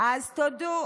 את יכולה לפנות אליי.